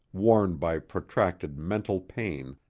worn by protracted mental pain,